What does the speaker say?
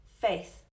faith